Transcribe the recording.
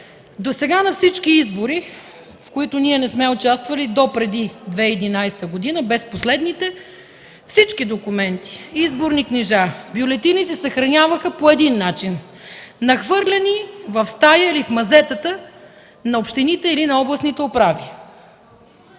досега на всички избори, в които ние не сме участвали допреди 2011 г., без последните, всички документи – изборни книжа, бюлетини се съхраняваха по един начин – нахвърлени в стая или в мазетата на общините или на областните управи.